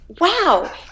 Wow